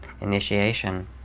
initiation